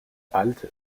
halte